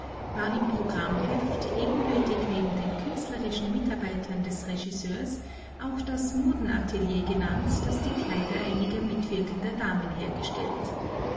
war im programmheft ebenbürtig neben den künstlerischen mitarbeitern des regisseurs auch das modenatelier genannt das die kleider einiger mitwirkender damen hergestellt